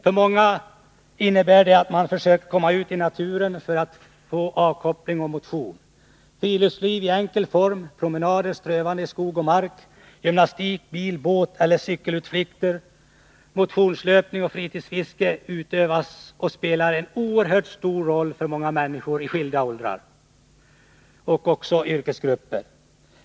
För många innebär det att de försöker komma ut i naturen för att där få avkoppling och motion. Friluftsliv i enkel form — promenader, strövande i skog och mark, gymnastik, bil-, båteller cykelutflykter, motionslöpning och fritidsfiske — utövas av och spelar en oerhört stor roll för många människor i skilda åldrar och yrkesgrupper.